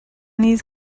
these